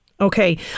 Okay